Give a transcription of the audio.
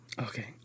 Okay